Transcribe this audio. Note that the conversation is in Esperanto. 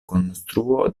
konstruo